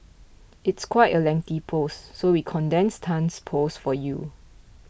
it's quite a lengthy post so we condensed Tan's post for you